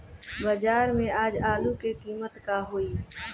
बाजार में आज आलू के कीमत का होई?